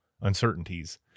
uncertainties